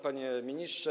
Panie Ministrze!